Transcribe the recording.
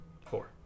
four